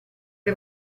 che